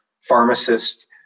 Pharmacists